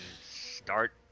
start